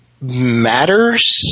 matters